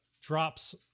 drops